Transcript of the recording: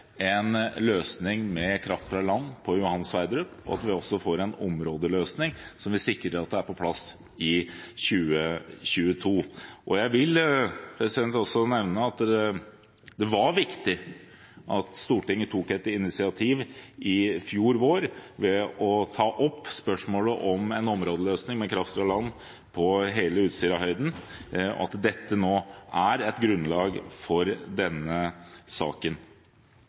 en løsning med kraft fra land på Johan Sverdrup-feltet, og at vi også får en områdeløsning som vil sikre at dette er på plass i 2022. Jeg vil også nevne at det var viktig at Stortinget i fjor vår tok initiativ til å ta opp spørsmålet om en områdeløsning med kraft fra land på hele Utsirahøyden, og at dette nå er et grunnlag for denne saken.